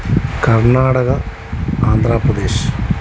Karnataka Andhra Pradesh